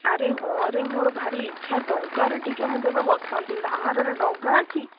ଆରେ ହଁରେ ମୋର ଭାରି ଇଚ୍ଛା ଡଙ୍ଗାରେ ଟିକିଏ ମୁଁ କେବେ ବସନ୍ତି ଧାମରାରେ ଡଙ୍ଗା ଅଛି